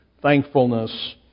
thankfulness